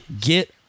get